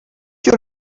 your